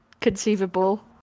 conceivable